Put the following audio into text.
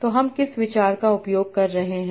तो हम किस विचार का उपयोग कर रहे हैं